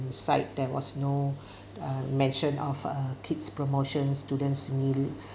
on site there was no uh mention of a kids promotions student's meal